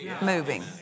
moving